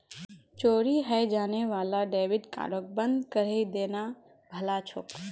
चोरी हाएं जाने वाला डेबिट कार्डक बंद करिहें देना भला छोक